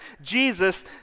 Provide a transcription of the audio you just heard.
Jesus